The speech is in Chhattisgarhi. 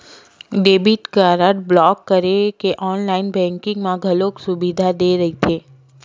डेबिट कारड ब्लॉक करे के ऑनलाईन बेंकिंग म घलो सुबिधा दे रहिथे